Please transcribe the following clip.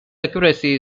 accuracy